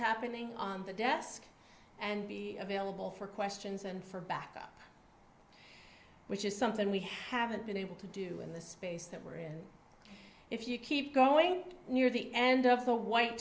happening on the desk and be available for questions and for backup which is something we haven't been able to do in the space that we're in if you keep going near the end of the white